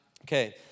Okay